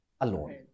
alone